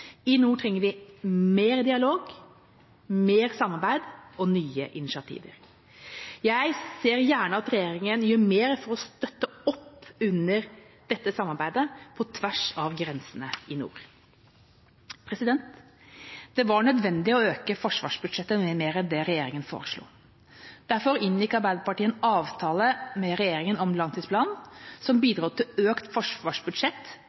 I nord trenger vi mer dialog, mer samarbeid og nye initiativer. Jeg ser gjerne at regjeringa gjør mer for å støtte opp under dette samarbeidet på tvers av grensene i nord. Det var nødvendig å øke forsvarsbudsjettet med mer enn det regjeringa foreslo. Derfor inngikk Arbeiderpartiet en avtale med regjeringa om langtidsplanen, som bidro til økt forsvarsbudsjett